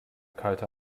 kalte